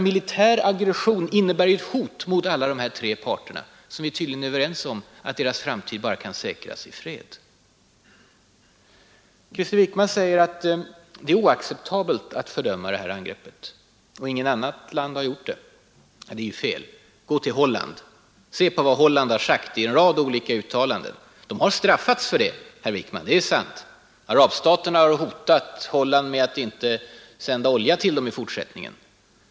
Militär aggression innebär ett hot mot alla de tre parterna, vilkas framtid vi tydligen är överens om bara kan säkras i fred. Krister Wickman säger att det är oacceptabelt att fördöma angreppet och att inget annat land har gjort det. Det är ju fel. Se på vad Holland har sagt i en rad uttalanden! Det är sant, herr Wickman, att Holland har ”straffats” för sina uttalanden. Arabstaterna har hotat med att inte sända olja till landet i fortsättningen.